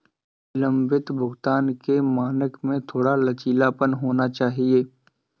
विलंबित भुगतान के मानक में थोड़ा लचीलापन होना चाहिए